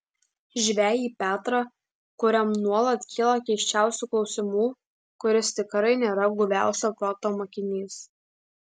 žvejį petrą kuriam nuolat kyla keisčiausių klausimų kuris tikrai nėra guviausio proto mokinys